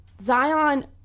Zion